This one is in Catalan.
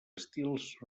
estils